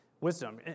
wisdom